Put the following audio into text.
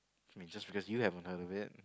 I mean just because you have none of it